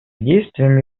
действиям